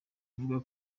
avuga